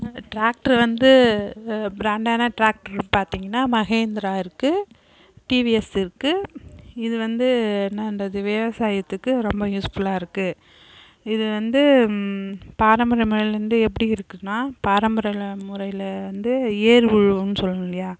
tractor வந்து ப்ராண்டான tractor பார்த்திங்கன்னா மஹேந்திரா இருக்கு டிவிஎஸ் இருக்கு இது வந்து என்னன்றது விவசாயத்துக்கு ரொம்ப யூஸ்ஃபுல்லாக இருக்குது இது வந்து பாரம்பரிய முறையிலேருந்து எப்படி இருக்குதுனா பாரம்பரியல முறையிலேருந்து ஏர் உழுவோம்னு சொல்லுவோம் இல்லையா